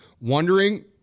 wondering